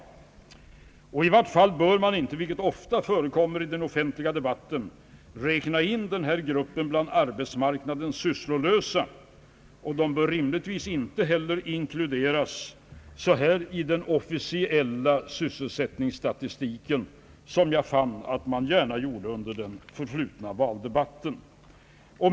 I varje fall bör man inte, vilket ofta förekommer i den offentliga debatten, räkna in den här gruppen bland arbetsmarknadens sysslolösa. De bör inte heller inkluderas i den officiella sysslolöshetsstatistiken — som jag fann att man gärna gjorde under den förflutna valdebatten.